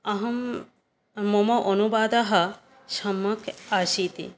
अहं मम अनुवादः सम्यक् आसीत्